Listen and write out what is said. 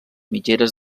mitgeres